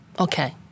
Okay